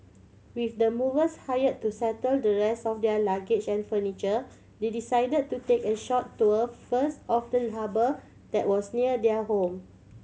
with the movers hire to settle the rest of their luggage and furniture they decide to take a short tour first of the harbour that was near their home